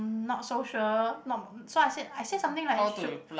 mm not so sure so I said I said something like should